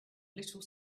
little